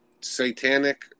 satanic